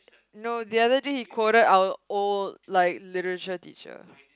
no the other day he quoted our old like literature teacher